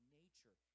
nature